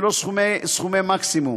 ולא סכומי מקסימום.